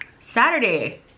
Saturday